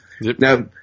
Now